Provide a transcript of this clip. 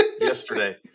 yesterday